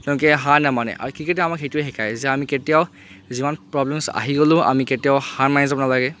তেওঁলোকে হাৰ নেমানে আৰু ক্ৰিকেটে আমাক সেইটোৱে শিকায় যে আমি কেতিয়াও জীৱনত প্ৰব্লেম্ছ আহি গ'লেও আমি কেতিয়াও হাৰ মানি যাব নেলাগে